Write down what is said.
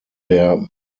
der